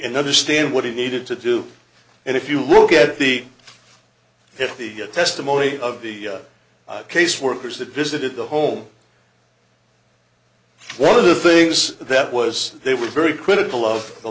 and understand what he needed to do and if you look at the if the testimony of the caseworkers that visited the home one of the things that was they were very critical of the